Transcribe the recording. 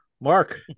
Mark